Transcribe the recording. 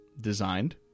designed